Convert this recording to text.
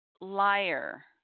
liar